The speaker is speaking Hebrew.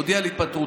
הודיע על התפטרותו.